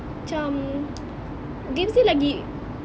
macam games dia lagi